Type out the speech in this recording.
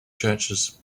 churches